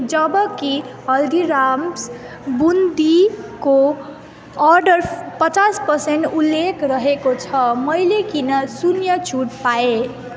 जबकि हल्दीराम्स बुन्दीको अर्डर पचास पर्सेन्ट उल्लेख रहेको छ मैले किन शून्य छुट पाएँ